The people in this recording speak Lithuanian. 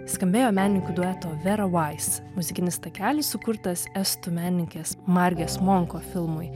skambėjo menininkių dueto vera vais muzikinis takelis sukurtas estų menininkės margės munko filmui